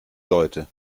leute